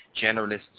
generalists